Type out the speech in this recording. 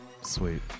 sweet